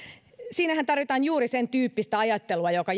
siinähän tarvitaan juuri sentyyppistä ajattelua joka